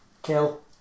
Kill